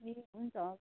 ए हुन्छ हवस्